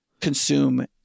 consume